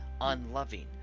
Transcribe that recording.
unloving